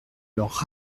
leur